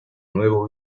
nuevo